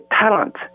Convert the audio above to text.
talent